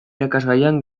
irakasgaian